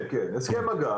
כן, כן, הסכם הגג.